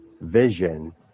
vision